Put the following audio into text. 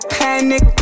panic